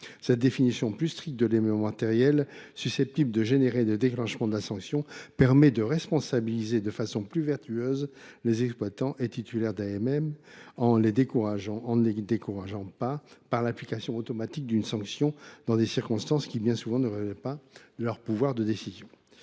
Cette définition plus stricte de l’élément matériel susceptible de déclencher la sanction permet de responsabiliser de façon plus vertueuse les exploitants et titulaires d’AMM en ne les décourageant pas par l’application automatique d’une sanction dans des circonstances qui, bien souvent, ne relèvent pas de leur pouvoir de décision.